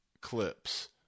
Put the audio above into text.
clips